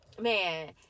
man